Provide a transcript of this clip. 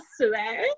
today